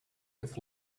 with